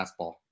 fastball